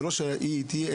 זה לא שהיא איתי,